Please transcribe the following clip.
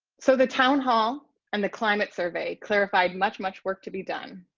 so the town hall and the climate survey clarified much much work to be done,